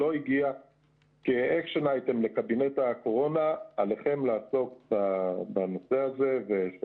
לא הגיע כ- Action Itemלקבינט הקורונה: עליכם לעסוק בנושא הזה.